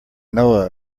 know